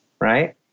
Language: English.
right